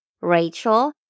Rachel